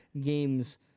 games